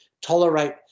tolerate